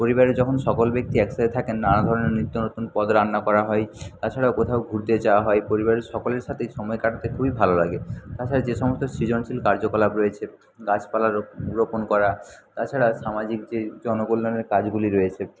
পরিবারের যখন সকল ব্যক্তি একসাথে থাকেন নানা ধরনের নিত্যনতুন পদ রান্না করা হয় তাছাড়াও কোথাও ঘুরতে যাওয়া হয় পরিবারের সকলের সাথেই সময় কাটাতে খুবই ভালো লাগে তাছাড়া যে সমস্ত সৃজনশীল কার্যকলাপ রয়েছে গাছপালা রো রোপণ করা তাছাড়া সামাজিক যে জনকল্যাণের কাজগুলি রয়েছে